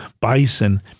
bison